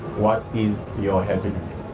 what is your happiness?